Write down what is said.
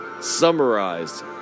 summarized